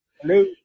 Hello